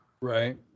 Right